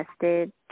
tested